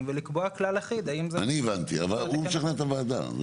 ולקבוע כלל אחיד האם זה --- אני הבנתי אבל הוא משכנע את הוועדה.